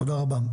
תודה רבה.